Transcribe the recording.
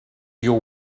your